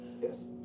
Yes